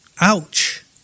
Ouch